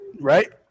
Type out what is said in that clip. right